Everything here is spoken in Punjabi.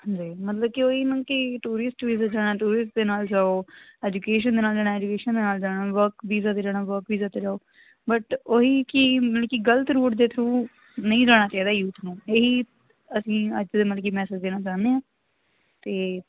ਮਤਲਬ ਕਿ ਓਹੀ ਮਤਲਬ ਟੂਰਿਸਟ ਵੀਜ਼ਾ ਜਾਣਾ ਟੂਰਿਸਟ ਦੇ ਨਾ ਜਾਓ ਐਜੂਕੇਸ਼ਨ ਦੇ ਨਾਲ ਐਜਕੇਸ਼ਨ ਨਾਲ ਜਾਣਾ ਵਰਕ ਵੀਜਾ 'ਤੇ ਜਾਣਾ ਵਰਕ ਵੀਜਾ 'ਤੇ ਜਾਓ ਬਟ ਉਹੀ ਕਿ ਮਤਲਬ ਕਿ ਗਲਤ ਰੂਟ ਦੇ ਥਰੂ ਨਹੀਂ ਜਾਣਾ ਚਾਹੀਦਾ ਯੂਥ ਨੂੰ ਇਹੀ ਅਸੀਂ ਅੱਜ ਦੇ ਮਤਲਬ ਕਿ ਮੈਸਜ ਦੇਣਾ ਚਾਹੁੰਦੇ ਆ ਅਤੇ